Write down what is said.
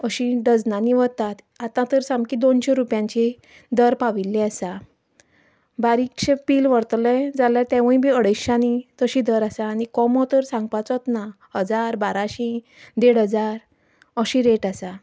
अशीं डजनांनी वतात आतां तर सामकीं दोनशें रुपयांची दर पाविल्ली आसा बारीकशें पील व्हरतले जाल्यार तेंवूय बी अडेशांनी तशी दर आसा आनी कोंबो तर सांगपाचोच ना हजार बाराशीं देड हजार अशी रेट आसा